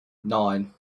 nine